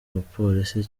abapolisi